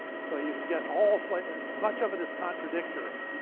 so you can get all much of it is contradictory,